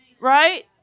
Right